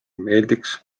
meeldiks